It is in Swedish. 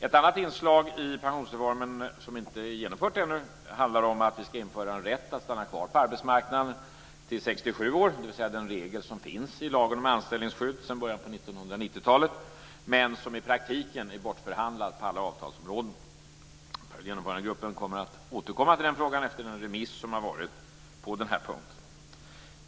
Ett annat inslag i pensionsreformen, som inte är genomfört ännu, handlar om att vi ska införa en rätt att stanna kvar på arbetsmarknaden till 67 år, dvs. den regel som finns i lagen om anställningsskydd sedan början av 1990-talet, men som i praktiken är bortförhandlad på alla avtalsområden. Genomförandegruppen kommer att återkomma till den frågan efter den remiss som har genomförts på den här punkten.